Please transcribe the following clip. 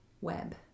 web